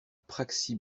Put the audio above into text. praxi